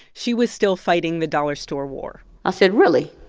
she was still fighting the dollar store war i said, really?